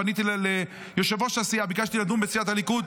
פניתי ליושב-ראש הסיעה, בקשתי לדון בסיעת הליכוד,